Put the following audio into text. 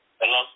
Hello